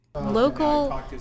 Local